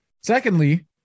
Secondly